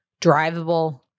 drivable